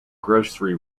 grocery